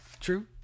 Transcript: true